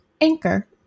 Anchor